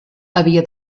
havia